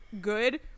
good